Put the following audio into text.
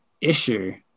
issue